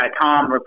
Tom